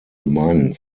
gemeinden